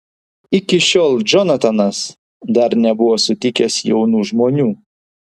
iki šiol džonatanas dar nebuvo sutikęs jaunų žmonių